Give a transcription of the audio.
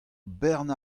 bern